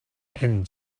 and